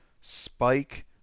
spike